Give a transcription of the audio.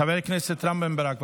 חבר הכנסת רם בן ברק,